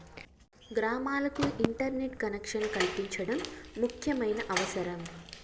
గ్రామాలకు internet collection కల్పించడం ముఖ్యమైన అవసరం